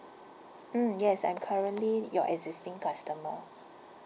mm yes I'm currently your existing customer